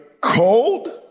cold